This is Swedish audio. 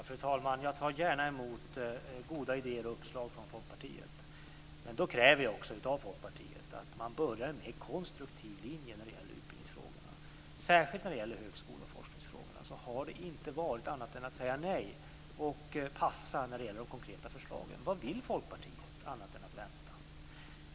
Fru talman! Jag tar gärna emot goda idéer och uppslag från Folkpartiet. Men då kräver jag också av Folkpartiet att man har en konstruktiv linje i utbildningsfrågorna. Särskilt i högskolan och forskningsfrågorna har det inte varit annat än att säga nej och passa när det gäller de konkreta förslagen. Vad vill Folkpartiet annat än att vänta?